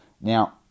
Now